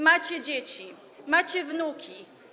Macie dzieci, macie wnuki.